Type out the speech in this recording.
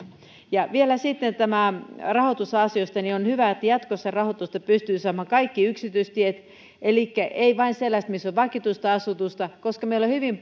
vielä sitten rahoitusasioista on hyvä että jatkossa rahoitusta pystyvät saamaan kaikki yksityistiet elikkä ei vain sellaiset missä on vakituista asutusta koska meillä on hyvin